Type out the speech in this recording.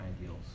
ideals